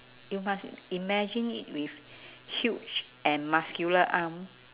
you must imagine it with huge and muscular arm